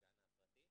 הגן הפרטי,